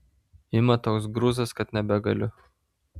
ima toks grūzas kad nebegaliu